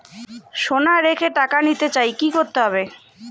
সোনা রেখে টাকা নিতে চাই কি করতে হবে?